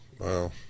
Wow